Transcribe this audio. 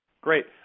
Great